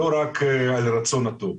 לא רק על הרצון הטוב.